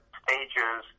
stages